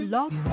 Love